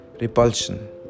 repulsion